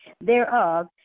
thereof